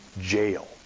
jail